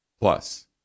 Plus